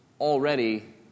already